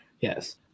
yes